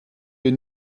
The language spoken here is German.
wir